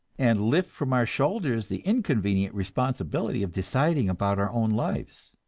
and lift from our shoulders the inconvenient responsibility of deciding about our own lives.